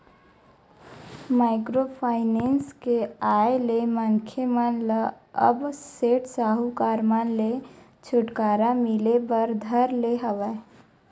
micro finance के आय ले मनखे मन ल अब सेठ साहूकार मन ले छूटकारा मिले बर धर ले हवय